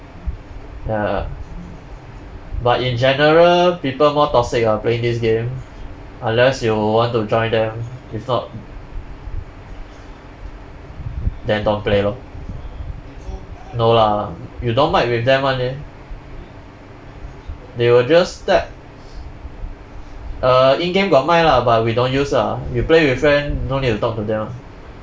ya but in general people more toxic ah playing this game unless you want to join them if not then don't play lor no lah you don't mic with them [one] eh they will just type err in-game got mic lah but we don't use ah you play with friend no need to talk to them ah